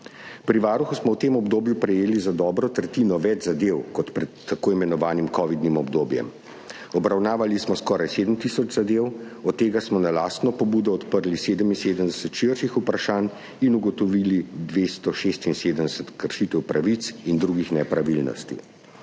Pri Varuhu smo v tem obdobju prejeli za dobro tretjino več zadev kot pred tako imenovanim covidnim obdobjem. Obravnavali smo skoraj 7 tisoč zadev, od tega smo na lastno pobudo odprli 77 širših vprašanj in ugotovili 276 kršitev pravic in drugih nepravilnosti.